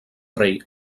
rei